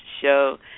show